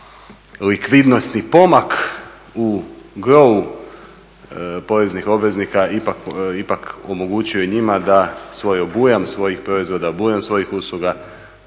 likvidnosni pomak u grou poreznih obveznika ipak omogućio i njima da svoj obujem svojih proizvoda, obujam svojih usluga